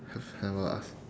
have have a us~